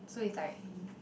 so it's like